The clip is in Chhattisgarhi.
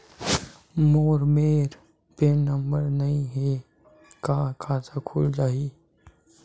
मोर मेर पैन नंबर नई हे का खाता खुल जाही?